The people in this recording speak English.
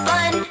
Fun